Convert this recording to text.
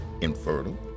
infertile